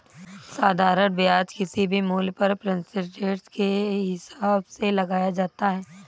साधारण ब्याज किसी भी मूल्य पर परसेंटेज के हिसाब से लगाया जाता है